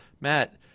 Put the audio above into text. Matt